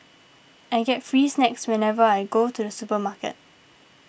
I get free snacks whenever I go to the supermarket